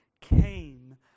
came